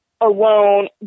alone